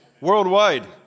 worldwide